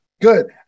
good